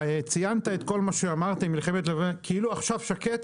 ציינת את כל מה שאמרת עם מלחמות כאילו עכשיו שקט,